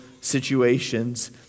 situations